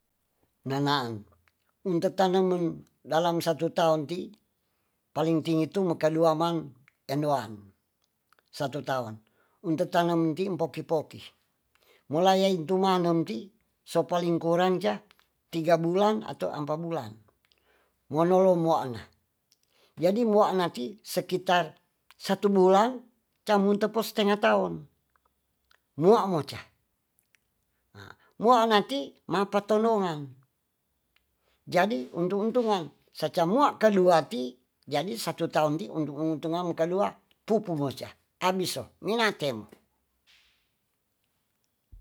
Nenahang ngketanam dalam satu tahunti paling tinggi itu makaduamang endoan satu tahun ntetanamti poki-poki mulaitu mangti sopoling kurangca tiga bulan atau empat bulan monolong mohanga jadi buhanati sekitar satu bulan camute setengah tahun muhamoca muhangati mapatolongan jadi untung-untungan secamua kaduati jadi satu tahunti untu-untunga mekalua pupumoca abiso minakem.